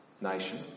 nation